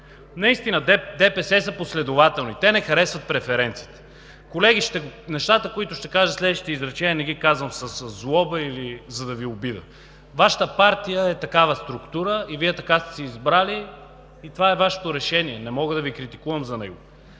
Наистина ДПС са последователни, те не харесват преференциите. Колеги, нещата, които ще кажа в следващите изречения, не ги казвам със злоба или за да Ви обидя. Вашата партия е такава структура и Вие така сте си избрали, това е Вашето решение, не мога да Ви критикувам за него,